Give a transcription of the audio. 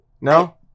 No